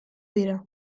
dira